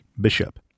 Bishop